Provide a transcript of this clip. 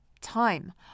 Time